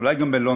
אולי גם בלונדון,